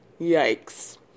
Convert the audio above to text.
Yikes